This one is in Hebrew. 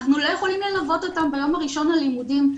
אנחנו לא יכולים ללוות אותם ביום הראשון ללימודים.